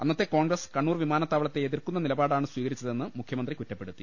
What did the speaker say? അന്നത്തെ കോൺഗ്രസ്റ് കണ്ണൂർ വിമാന ത്താവളത്തെ എതിർക്കുന്ന നിലപാടാണ് സ്ട്രീകരിച്ചതെന്ന് മുഖ്യ മന്ത്രി കുറ്റപ്പെടുത്തി